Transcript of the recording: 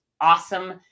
awesome